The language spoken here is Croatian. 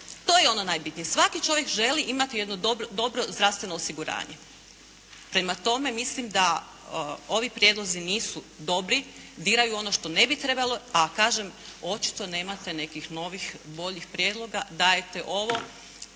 To je ono najbitnije. Svaki čovjek želi imati dobro zdravstveno osiguranje. Prema tome mislim da ovi prijedlozi nisu dobri, diraju ono što ne bi trebalo, a kažem očito nemate nekih novih boljih prijedloga, dajete ovo